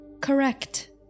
Correct